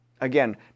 Again